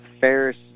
Ferris